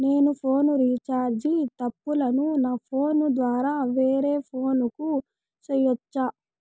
నేను phone recharge తప్పులను నా ఫోను ద్వారా వేరే ఫోను కు సేయొచ్చా?